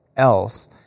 Else